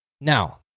Now